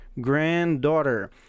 granddaughter